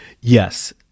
Yes